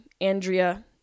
Andrea